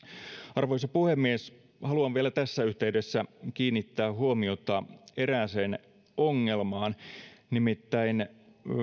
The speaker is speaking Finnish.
arvoisa puhemies haluan vielä tässä yhteydessä kiinnittää huomiota erääseen ongelmaan nimittäin